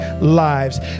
lives